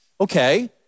okay